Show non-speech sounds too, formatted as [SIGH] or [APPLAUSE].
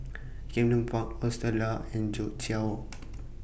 Camden Park Hostel Lah and Joo Chiat Walk [NOISE]